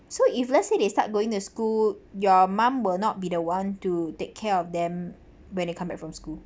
so if let's say they start going to school your mum will not be the one to take care of them when they come back from school